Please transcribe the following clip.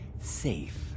safe